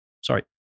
Sorry